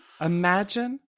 Imagine